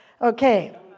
Okay